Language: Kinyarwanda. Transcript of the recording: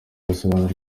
asobanura